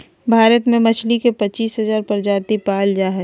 भारत में मछली के पच्चीस हजार प्रजाति पाल जा हइ